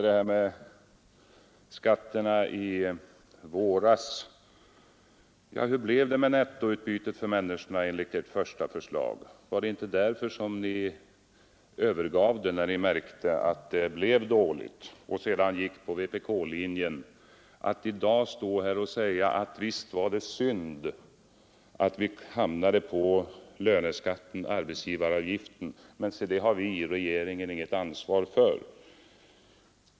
Beträffande skattedebatten i våras vill jag fråga: Hur blev det med nettoutbytet för människorna enligt ert första förslag? Var inte anledningen till att ni övergav det och sedan anslöt er till vpk-linjen den att ni märkte att detta nettoutbyte blev dåligt? Det är märkligt att ni i dag kan stå här och ga: Visst var det synd att vi hamnade på löneskatten och arbetsgivaravgiften, men se det har vi i regeringen inget ansvar för.